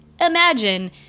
imagine